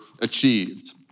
achieved